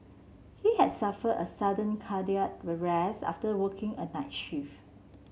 he had suffered a sudden cardiac arrest after working a night shift